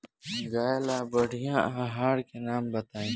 गाय ला बढ़िया आहार के नाम बताई?